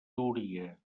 túria